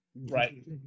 Right